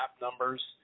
numbers